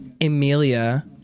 Amelia